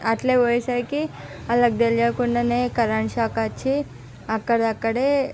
అట్లే పోయేసరికి వాళ్ళకి తెలియకుండానే కరెంటు షాక్ అక్కడికక్కడే